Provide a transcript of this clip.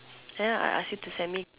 then I ask you to send me